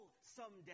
someday